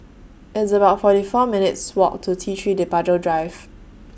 It's about forty four minutes' Walk to T three Departure Drive